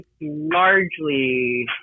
largely